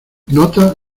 nota